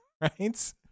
right